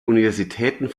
universitäten